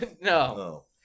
No